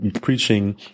preaching